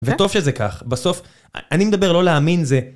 וטוב שזה כך. בסוף, אני מדבר לא להאמין זה.